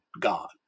God